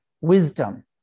wisdom